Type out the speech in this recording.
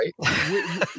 right